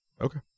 Okay